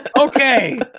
Okay